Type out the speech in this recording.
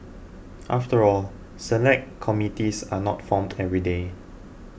after all Select Committees are not formed every day